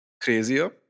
crazier